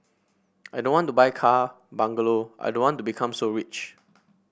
I don't want to buy car bungalow I don't want to become so rich